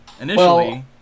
initially